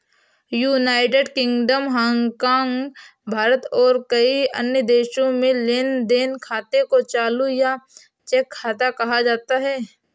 United Kingdom, Hong Kong, Bharat और कई अन्य देशों में लेन देन खाते को चालू या चेक खाता कहा जाता है